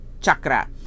chakra